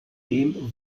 dem